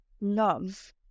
love